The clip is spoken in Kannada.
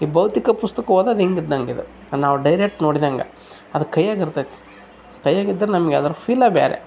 ಭೌತಿಕ ಪುಸ್ತಕ್ ಓದೋದ್ ಹಿಂಗಿದ್ದಂಗಿದು ನಾವು ಡೈರೆಟ್ ನೋಡಿದಂಗೆ ಅದು ಕೈಯಾಗ ಇರ್ತದೆ ಕೈಯಾಗ ಇದ್ರೆ ನಮ್ಗೆ ಅದ್ರ ಫೀಲೆ ಬೇರೆ